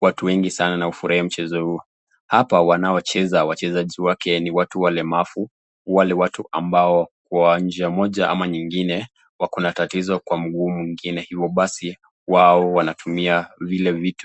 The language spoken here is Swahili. watu wengi sana na furahia mchezo huu. Hapa wanaocheza wachezaji wake ni watu walemavu wale watu ambao kwa njia moja ama nyingine wako na tatizo kwa mguu mwingine hivyo basi wao wanatumia vile vitu.